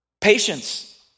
Patience